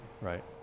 right